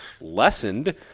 lessened